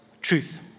truth